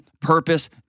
purpose